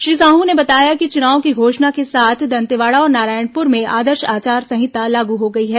श्री साहू ने बताया कि चुनाव की घोषणा के साथ दंतेवाड़ा और नारायणपुर में आदर्श आचार संहिता लागू हो गई है